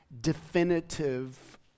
definitive